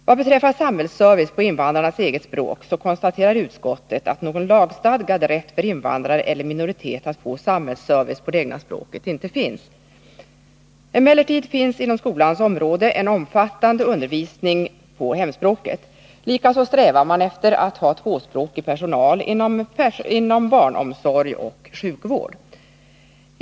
Vad beträffar samhällsservice på invandrarens eget språk konstaterar utskottet att någon lagstadgad rätt för invandrare eller minoritet att få samhällsservice på det egna språket inte finns. Emellertid finns inom skolans område en omfattande undervisning på hemspråket. Likaså strävar man efter att ha tvåspråkig personal inom barnomsorg och sjukvård.